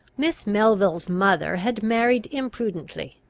miss melville's mother had married imprudently,